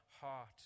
heart